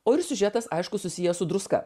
o ir siužetas aišku susiję su druska